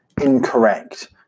Incorrect